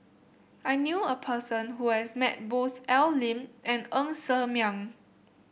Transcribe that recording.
I knew a person who has met both Al Lim and Ng Ser Miang